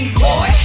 boy